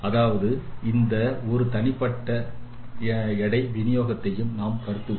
அதாவது எந்த ஒரு தன்னிச்சையான எடை விநியோகத்தையும் நாம் கருதுகிறோம்